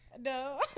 No